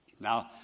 Now